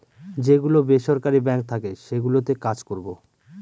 যে গুলো বেসরকারি বাঙ্ক থাকে সেগুলোতে কাজ করবো